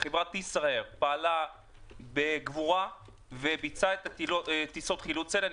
חברת ישראייר פעלה בגבורה וביצעה את טיסות החילוץ האלה.